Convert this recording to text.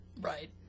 Right